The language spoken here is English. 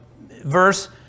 verse